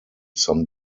some